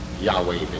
Yahweh